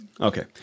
Okay